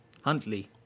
Huntley